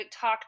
talk